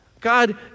God